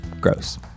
Gross